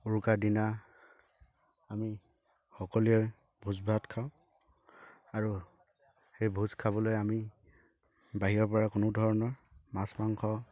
উৰুকাৰ দিনা আমি সকলোৱে ভোজ ভাত খাওঁ আৰু সেই ভোজ খাবলৈ আমি বাহিৰৰ পৰা কোনো ধৰণৰ মাছ মাংস